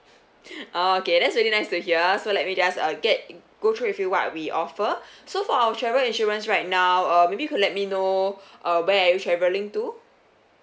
okay that's really nice to hear so let me just uh get go through with you what we offer so for our travel insurance right now uh maybe you could let me know uh where are you travelling to